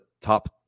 top